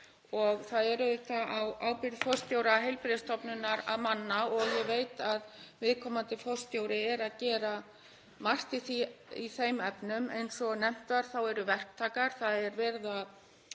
Það er auðvitað á ábyrgð forstjóra heilbrigðisstofnunar að manna hana og ég veit að viðkomandi forstjóri er að gera margt í þeim efnum. Eins og nefnt var þá eru verktakar, það er verið